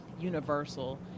universal